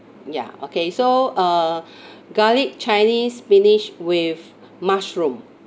ya okay so uh garlic chinese spinach with mushroom